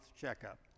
checkup